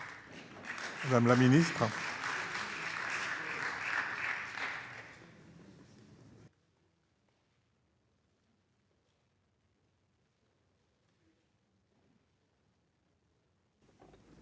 Madame la ministre,